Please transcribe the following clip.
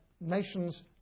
nations